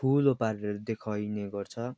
ठुलो पारेर देखाइने गर्छ